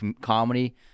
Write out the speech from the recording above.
comedy